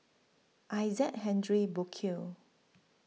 Isaac Henry Burkill